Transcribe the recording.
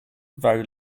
very